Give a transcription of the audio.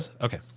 Okay